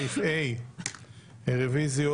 סעיף 8 לחוק משכן הכנסת קובע כי יושב-ראש הכנסת,